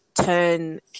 turn